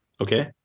okay